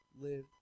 live